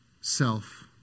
self